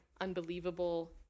unbelievable